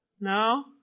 No